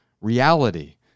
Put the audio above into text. Reality